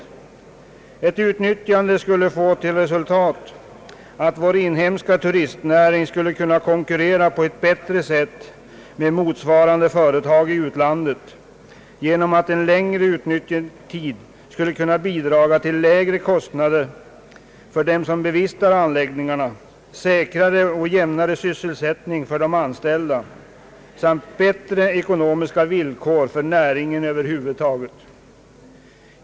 Ett sådant utnyttjande skulle få till resultat att vår inhemska turistnäring skulle kunna konkurrera på ett bättre sätt med motsvarande företag i utlandet genom att en längre nyttjandetid skulle kunna bidra till lägre kostnader för dem som bevistar anläggningarna, säkrare och jämnare sysselsättning för de anställda samt bättre ekonomiska villkor för näringen över huvud taget.